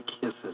Kisses